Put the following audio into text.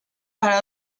para